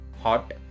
hot